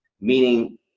meaning